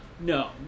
No